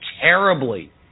terribly